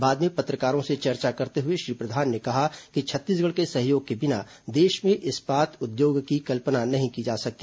बाद में पत्रकारों से चर्चा करते हुए श्री प्रधान ने कहा कि छत्तीसगढ़ के सहयोग के बिना देश में इस्पात उद्योग की कल्पना नहीं की जा सकती